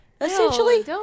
Essentially